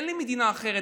אין לי מדינה אחרת.